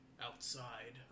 outside